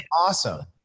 awesome